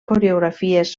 coreografies